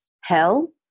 hell